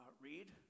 read